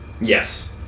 Yes